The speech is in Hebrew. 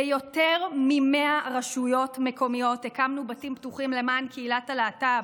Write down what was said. ביותר מ-100 רשויות מקומיות הקמנו בתים פתוחים למען קהילת הלהט"ב,